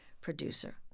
producer